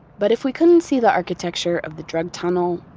but if we couldn't see the architecture of the drug tunnel,